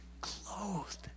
Clothed